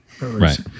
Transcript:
Right